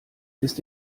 ist